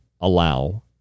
allow